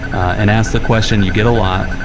and ask the question you get a lot,